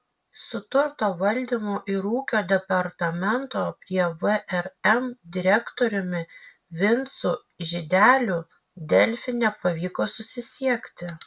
su turto valdymo ir ūkio departamento prie vrm direktoriumi vincu žydeliu delfi nepavyko susisiekti